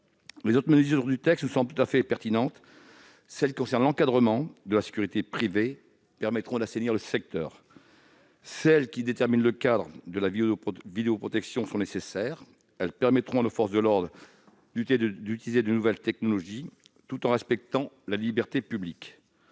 Les autres dispositions du texte me semblent tout à fait pertinentes. Celles qui concernent l'encadrement de la sécurité privée contribueront à assainir le secteur. Celles qui déterminent le cadre de la vidéoprotection sont nécessaires ; elles permettront aux forces de l'ordre d'utiliser de nouvelles technologies tout en respectant la liberté publique.